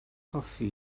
hoffi